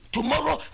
Tomorrow